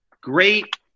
great